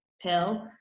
pill